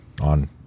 on